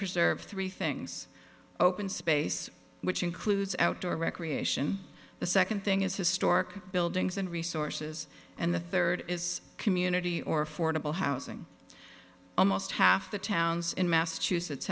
preserve three things open space which includes outdoor recreation the second thing is historic buildings and resources and the third is community or affordable housing almost half the towns in massachusetts